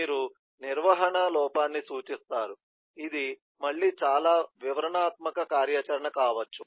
మీరు నిర్వహణ లోపాన్ని సూచిస్తారు ఇది మళ్ళీ చాలా వివరణాత్మక కార్యాచరణ కావచ్చు